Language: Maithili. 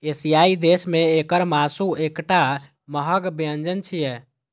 एशियाई देश मे एकर मासु एकटा महग व्यंजन छियै